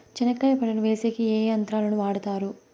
చెనక్కాయ పంటను వేసేకి ఏ యంత్రాలు ను వాడుతారు?